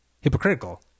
hypocritical